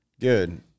Good